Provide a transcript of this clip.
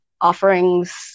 offerings